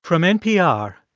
from npr,